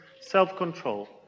self-control